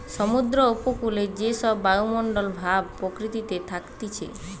সমুদ্র উপকূলে যে সব বায়ুমণ্ডল ভাব প্রকৃতিতে থাকতিছে